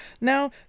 now